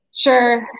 Sure